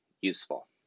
useful